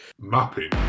Mapping